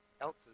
else's